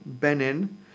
Benin